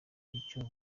icyo